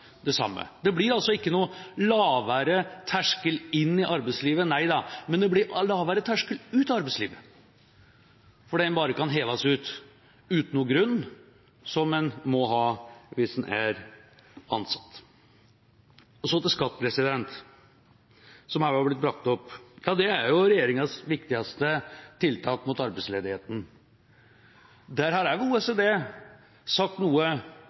det samme. Det blir altså ikke noen lavere terskel inn i arbeidslivet – nei da – men det blir lavere terskel ut av arbeidslivet, fordi en bare kan hives ut uten noen grunn, som en må ha hvis en er ansatt. Så til skatt, som også har blitt brakt opp. Det er regjeringas viktigste tiltak mot arbeidsledigheten. Der har også OECD sagt noe